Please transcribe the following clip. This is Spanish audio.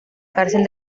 cárcel